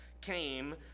came